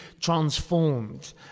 transformed